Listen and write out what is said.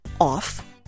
off